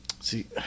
See